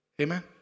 Amen